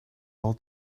all